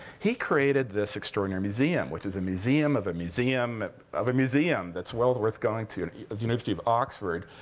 he created this extraordinary museum, which is a museum of a museum of a museum, that's well worth going to at the university of oxford.